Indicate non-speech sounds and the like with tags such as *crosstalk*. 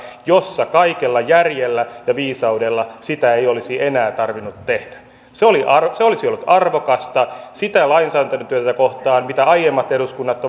jossa kaikella järjellä ja viisaudella sitä ei olisi enää tarvinnut tehdä se olisi ollut arvokasta sitä lainsäädäntötyötä kohtaan mitä aiemmat eduskunnat *unintelligible*